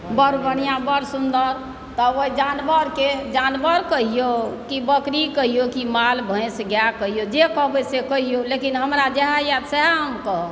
बड़ बढ़िआँ बड़ सुन्दर तब ओहि जानवरके जानवर कहियौ कि बकरी कहियौ कि माल भैस गाय कहियौ जे कहबै से कहियौ लेकिन हमरा जएह आयत सएह हम कहब